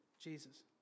Jesus